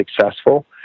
successful